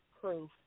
proof